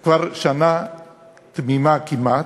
כבר שנה תמימה כמעט,